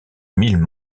mille